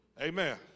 Amen